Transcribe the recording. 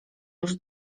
już